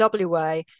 WA